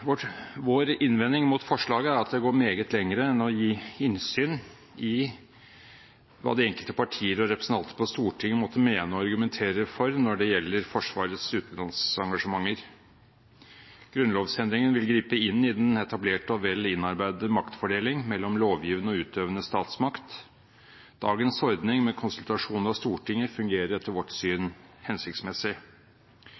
Vår innvending mot forslaget er at det går meget lenger enn å gi innsyn i hva de enkelte partier og representanter på Stortinget måtte mene og argumentere for når det gjelder Forsvarets utenlandsengasjementer. Grunnlovsendringen vil gripe inn i den etablerte og vel innarbeidede maktfordeling mellom lovgivende og utøvende statsmakt. Dagens ordning med konsultasjon av Stortinget fungerer etter vårt syn